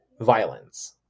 violence